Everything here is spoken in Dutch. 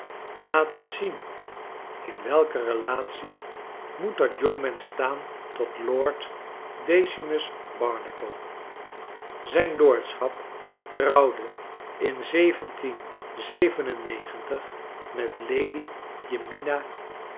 eens zien in welke relatie moet dat jongemensch staan tot lord decimus barnacle zijn lordschap trouwde in met lady jemima